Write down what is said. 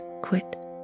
quit